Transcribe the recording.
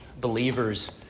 believers